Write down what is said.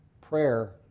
prayer